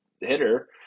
hitter